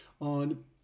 on